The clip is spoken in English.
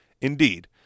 Indeed